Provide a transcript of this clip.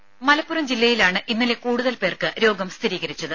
ദേഴ മലപ്പുറം ജില്ലയിലാണ് ഇന്നലെ കൂടുതൽ പേർക്ക് രോഗം സ്ഥിരീകരിച്ചത്